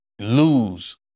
lose